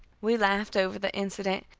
we laughed over the incident,